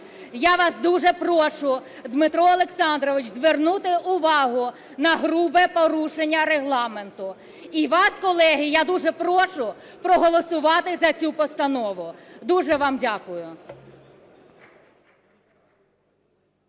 Я вас дуже прошу, Дмитро Олександрович, звернути увагу на грубе порушення Регламенту. І вас, колеги, я дуже прошу проголосувати за цю постанову. Дуже вам дякую.